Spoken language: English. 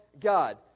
God